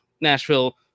Nashville